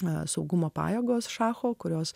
mes saugumo pajėgos šacho kurios